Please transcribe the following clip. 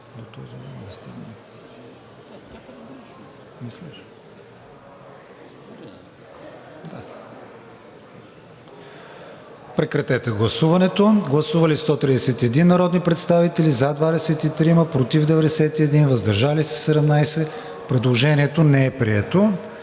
работни дни. Гласували 130 народни представители: за 23, против 94, въздържали се 13. Предложението не е прието.